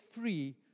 free